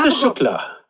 ah shukla!